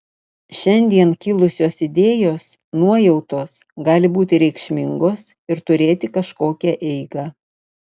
šiandien kilusios idėjos nuojautos gali būti reikšmingos ir turėti kažkokią eigą